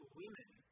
women